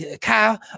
Kyle